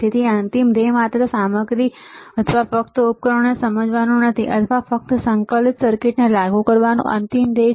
તેથી અંતિમ ધ્યેય માત્ર સાધનસામગ્રી અથવા ફક્ત ઉપકરણોને સમજવાનું નથી અથવા ફક્ત સંકલિત સર્કિટ્સને લાગુ કરવાનું અંતિમ ધ્યેય છે